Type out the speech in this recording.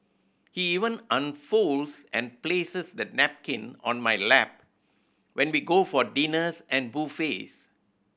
he even unfolds and places the napkin on my lap when we go for dinners and buffets